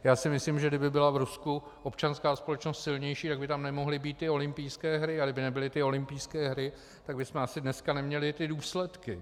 Já si myslím, že kdyby byla v Rusku občanská společnost silnější, tak by tam nemohly být olympijské hry, a kdyby nebyly ty olympijské hry, tak bychom asi dneska neměli ty důsledky.